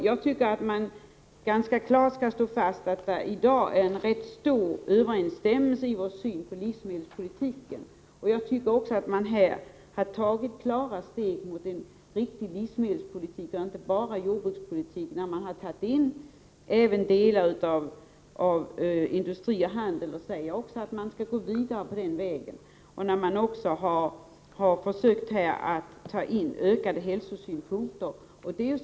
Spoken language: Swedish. Jag tycker att man i dag kan slå fast att det råder en ganska stor överensstämmelse i vår syn på livsmedelspolitiken. Här har man också, enligt min mening, tagit ett bra steg mot en bättre livsmedelspolitik — inte bara mot en bättre jordbrukspolitik —, eftersom det har tagits in delar beträffande industri och handel. Det framhålls ju också att man skall gå vidare på den vägen. Dessutom har man ju försökt beakta hälsosynpunkterna.